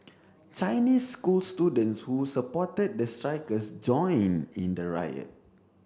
Chinese school students who supported the strikers joined in the riot